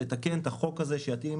לתקן את החוק הזה כך שיתאים